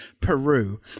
Peru